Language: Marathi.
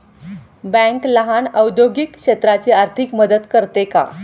बँक लहान औद्योगिक क्षेत्राची आर्थिक मदत करते का?